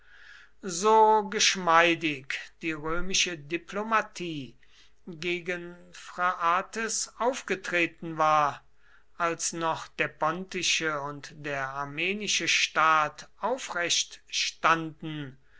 so geschmeidig die römische diplomatie gegen phraates aufgetreten war als noch der pontische und der armenische staat aufrecht standen